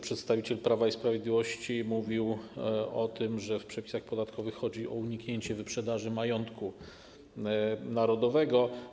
Przedstawiciel Prawa i Sprawiedliwości mówił o tym, że w przepisach podatkowych chodzi o uniknięcie wyprzedaży majątku narodowego.